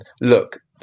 look